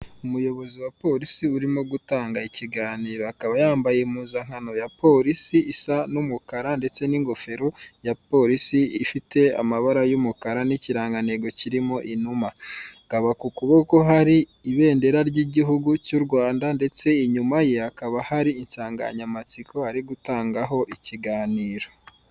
Umuyobozi wa polisi urimo gutanga ikiganiro, akaba yambaye impuzankano ya polisi isa n'umukara ndetse n'ingofero ya polisi ifite amabara y'umukara n'ikirangantego kirimo inuma. Hakaba ku kuboko hari ibendera ry'igihuhu cy'u Rwanda ndetse inyuma ye hakaba hari insanganyamatsiko ari gutangaho ikiganiro.